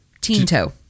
Tinto